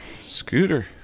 Scooter